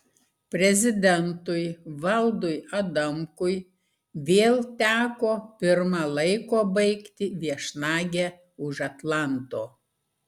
prezidentui valdui adamkui vėl teko pirma laiko baigti viešnagę už atlanto